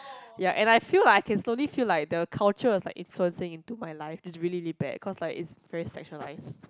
ya and I feel like I can slowly feel like the culture was like influencing into my life is really really bad cause like its very sexualised